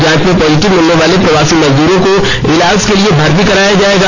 जांच में पॉजिटिव मिलने वाले प्रवासी मजदूरों को इलाज के लिए भर्ती कराया जाएगा